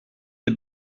des